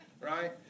Right